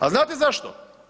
Al znate zašto?